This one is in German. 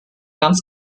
ganz